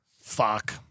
Fuck